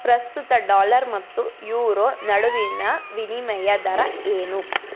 ಪ್ರಸ್ತುತ ಡಾಲರ್ ಮತ್ತು ಯೂರೊ ನಡುವಿನ ವಿನಿಮಯ ದರ ಏನು